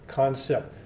concept